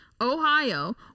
Ohio